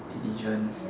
diligent